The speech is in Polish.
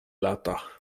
lata